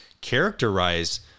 characterize